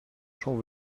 j’en